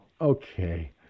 Okay